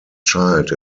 child